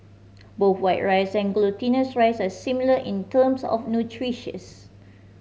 both white rice and glutinous rice are similar in terms of nutritions